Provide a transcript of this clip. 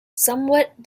somewhat